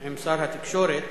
עם שר התקשורת.